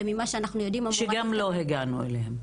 וממה שאנחנו יודעים- -- שגם לא הגענו אליהם.